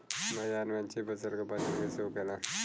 बाजार में अच्छी फसल का पहचान कैसे होखेला?